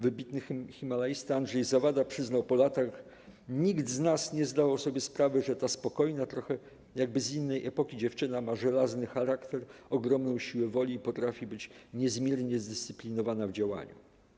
Wybitny himalaista Andrzej Zawada przyznał po latach: 'nikt z nas nie zdawał sobie sprawy, że ta spokojna, trochę jakby z innej epoki dziewczyna ma żelazny charakter, ogromną siłę woli i potrafi być niezmiernie zdyscyplinowana w działaniu'